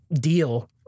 deal